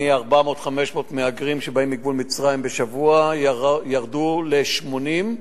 מ-400 500 מהגרים שבאים מגבול מצרים בשבוע ירדו ל-80,